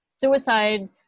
suicide